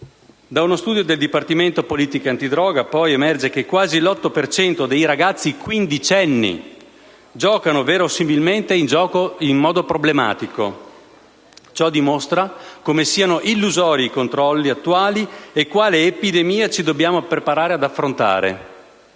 Da uno studio del Dipartimento politiche antidroga, poi, emerge che quasi l'8 per cento dei ragazzi quindicenni gioca verosimilmente in modo problematico. Ciò dimostra come siano illusori i controlli attuali e quale epidemia ci dobbiamo preparare ad affrontare.